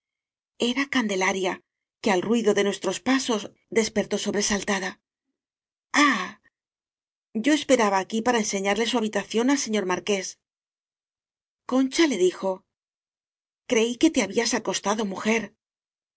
candelaria que al ruido de nues tros pasos despertó sobresaltada ah yo esperaba aquí para enseñarle su habitación al señor marqués concha le dijo creí que te habías acostado mujer